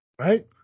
Right